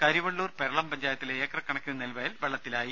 കരിവെള്ളൂർ പെരളം പഞ്ചായത്തിലെ ഏക്കർ കണക്കിന് നെൽവയൽ വെള്ളത്തിലായി